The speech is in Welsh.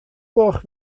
gloch